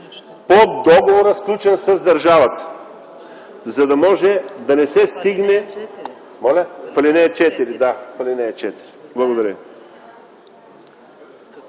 по договора, сключен с държавата, за да може да не се стигне ... В ал. 4. Благодаря